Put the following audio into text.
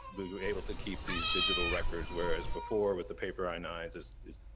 but we were able to keep these digital records whereas before, with the paper i nine s,